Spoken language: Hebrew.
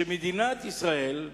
במדינת ישראל,